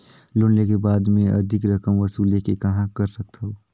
Loan लेहे के बाद मे अधिक रकम वसूले के कहां कर सकथव?